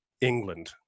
England